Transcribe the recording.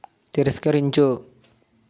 తిరస్కరించు